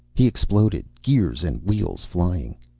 he exploded, gears and wheels flying.